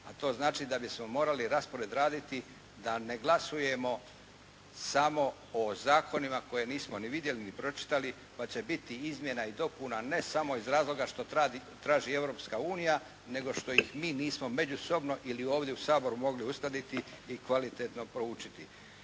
a to znači da bismo morali raspored raditi da ne glasujemo samo o zakonima koje nismo ni vidjeli ni pročitali pa će biti izmjena i dopuna ne samo iz razloga što traži Europska unija nego što ih mi nismo međusobno ili ovdje u Saboru mogli uskladiti i kvalitetno proučiti.